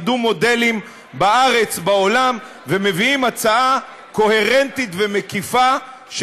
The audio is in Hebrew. למדו מודלים בארץ ובעולם ומביאים הצעה קוהרנטית ומקיפה,